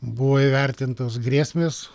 buvo įvertintos grėsmės